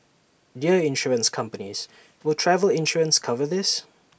Dear Insurance companies will travel insurance cover this